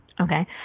Okay